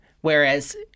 Whereas